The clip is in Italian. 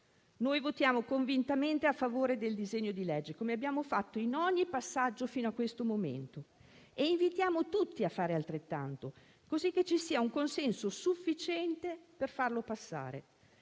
Noi voteremo convintamente a favore del disegno di legge, come abbiamo fatto in ogni passaggio fino a questo momento e invitiamo tutti a fare altrettanto, così che ci sia un consenso sufficiente per farlo passare,